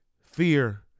Fear